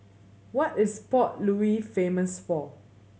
what is Port Louis famous for